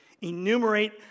enumerate